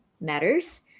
matters